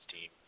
team